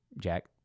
Jack